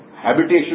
habitation